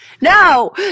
No